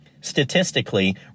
Statistically